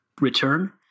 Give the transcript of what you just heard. return